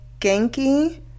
Genki